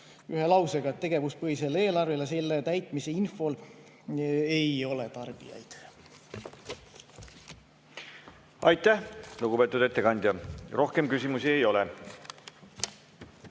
ühe lausega, et tegevuspõhisel eelarvel ja selle täitmise infol ei ole tarbijaid. Aitäh, lugupeetud ettekandja! Rohkem küsimusi ei ole.